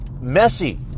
messy